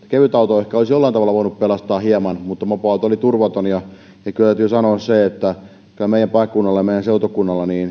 kevytauto ehkä olisi jollain tavalla voinut pelastaa hieman mutta mopoauto oli turvaton ja ja täytyy sanoa että kyllä meidän paikkakunnalla ja meidän seutukunnalla